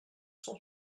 cent